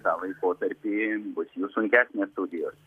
tą laikotarpį bus jų sunkesnės studijos